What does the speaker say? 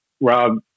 Rob